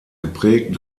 geprägt